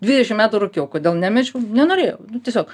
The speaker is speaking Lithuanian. dvidešim metų rūkiau kodėl nemečiau nenorėjau tiesiog